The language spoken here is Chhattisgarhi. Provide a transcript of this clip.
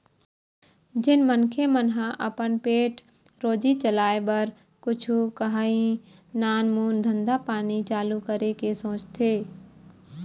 जेन मनखे मन ह अपन पेट रोजी चलाय बर कुछु काही नानमून धंधा पानी चालू करे के सोचथे